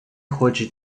хоче